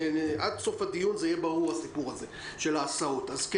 עד ה-30 באפריל היה אפשר להגיש את כל המסמכים